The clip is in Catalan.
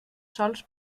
sòls